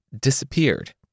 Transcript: disappeared